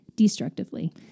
destructively